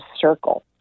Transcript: circle